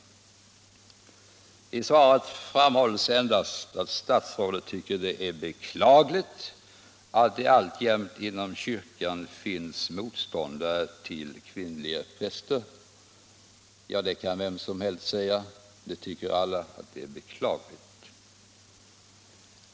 I svaret framhålls endast att statsrådet tycker att det är mycket beklagligt att det alltjämt inom kyrkan finns motståndare till kvinnliga präster. Ja, det kan vem som helst säga. Alla tycker att det är beklagligt.